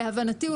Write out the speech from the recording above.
להבנתי,